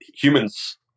humans